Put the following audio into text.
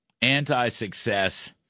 anti-success